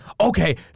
okay